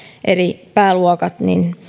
eri pääluokat